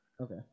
Okay